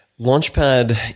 Launchpad